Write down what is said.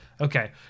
Okay